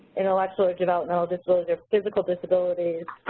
intellectual or developmental disorder, physical disabilities,